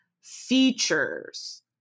features